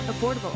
Affordable